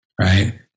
right